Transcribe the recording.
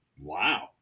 Wow